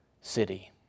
city